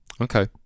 Okay